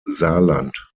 saarland